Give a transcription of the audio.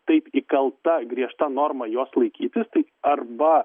taip įkalta griežta norma jos laikytis tai arba